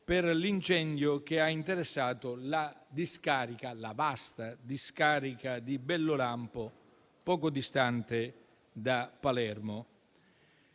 per l'incendio che ha interessato la vasta discarica di Bellolampo poco distante da Palermo.